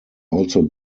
also